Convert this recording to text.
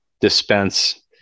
dispense